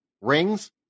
Rings